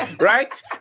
Right